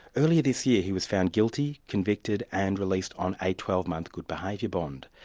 earlier this year he was found guilty, convicted and released on a twelve month good behaviour bond.